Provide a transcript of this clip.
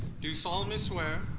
do solemnly swear